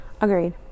Agreed